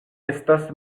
estas